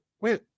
wait